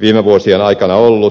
viime vuosien aikana ollut